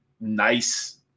nice